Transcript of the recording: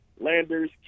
Landers